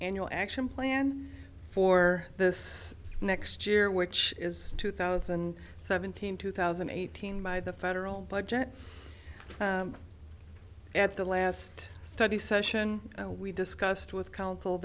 annual action plan for this next year which is two thousand and seventeen two thousand and eighteen by the federal budget at the last study session we discussed with council